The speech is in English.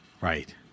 Right